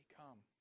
come